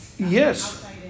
Yes